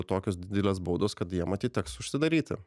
tokios didelės baudos kad jiem matyt teks užsidaryti